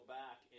back